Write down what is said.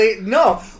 No